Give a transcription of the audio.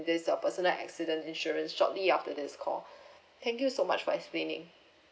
this uh personal accident insurance shortly after this call thank you so much for explaining